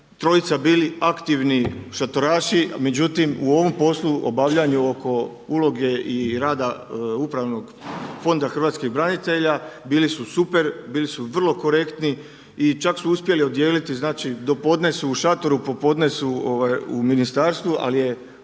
trojica bili aktivni šatoraši, međutim u ovom poslu obavljanje oko uloge i rada upravnog Fonda hrvatskog branitelja, bili su super, bili su vrlo korektni i čak su uspjeli odijeliti znači do podne su u šatoru, popodne su u ministarstvu ali je